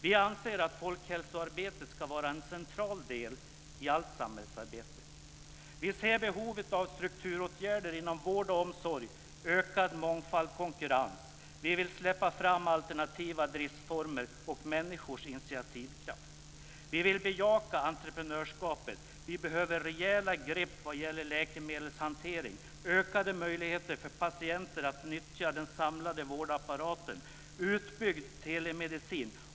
Vi anser att folkhälsoarbetet ska vara en central del i allt samhällsarbete. Vi ser behovet av strukturåtgärder inom vård och omsorg och av ökad mångfald och konkurrens. Vi vill släppa fram alternativa driftsformer och människors initiativkraft. Vi vill bejaka entreprenörsskapet. Vi behöver rejäla grepp vad gäller läkemedelshantering, ökade möjligheter för patienter att nyttja den samlade vårdapparaten och utbyggd telemedicin.